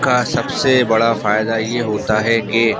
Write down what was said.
کا سب سے بڑا فائدہ یہ ہوتا ہے کہ